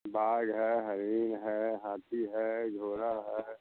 बाघ है हिरण है हाथी है घोड़ा है